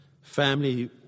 family